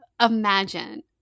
imagine